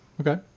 Okay